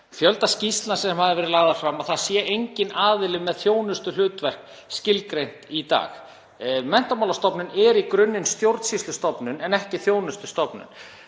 fjölda skýrslna sem hafa verið lagðar fram, að það sé enginn aðili með þjónustuhlutverk skilgreint í dag. Menntamálastofnun er í grunninn stjórnsýslustofnun en ekki þjónustustofnun.